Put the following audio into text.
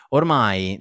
ormai